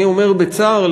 אני אומר לך בצער,